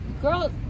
Girl